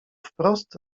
wprost